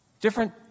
different